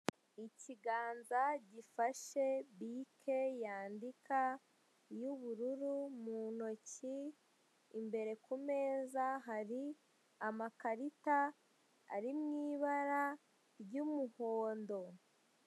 Ikiganza gifashe bike yandika y'ubururu mu ntoki imbere ku meza hari amakarita ari mw'ibara ry'umuhondo.